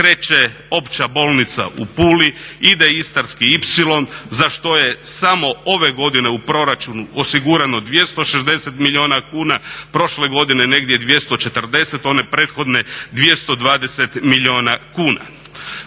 Kreće Opća bolnica u Puli, ide Istarski ipsilon za što je samo ove godine u proračunu osigurano 260 milijuna kuna, prošle godine negdje 240, one prethodne 220 milijuna kuna.